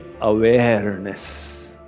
awareness